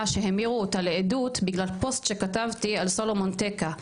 שהמירו אותה לעדות בגלל פוסט שכתבתי על סלומון טקה.